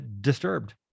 disturbed